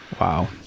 Wow